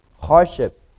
hardship